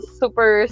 super